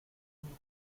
mis